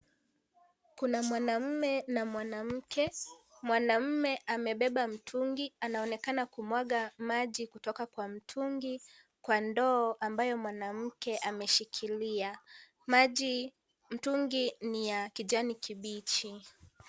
Kuna mwanaume na mwanamke mwanaume amebeba mtungi anaonekana kumwaga maji kutoka kwa mtungi kwa ndoo ambayo mwanamke ameshikilia. Maji mtungi ni ya kijani kibichi.